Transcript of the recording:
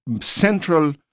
central